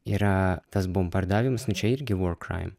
yra tas bombardavimas nu čia irgi vor kraim